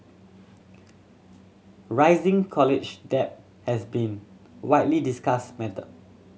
rising college debt has been widely discussed matter